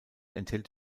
enthält